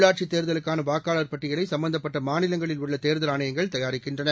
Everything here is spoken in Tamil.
உள்ளாட்சி தேர்தலுக்கான வாக்காளர் பட்டியலை சம்பந்தப்பட்ட மாநிலங்களில் உள்ள தேர்தல் ஆணையங்கள் தயாரிக்கின்றன